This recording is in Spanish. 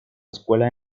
escuela